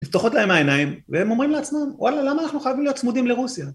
נפתחות להם העיניים והם אומרים לעצמם וואלה למה אנחנו חייבים להיות צמודים לרוסיה